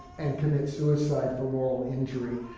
and commit suicide for moral injury.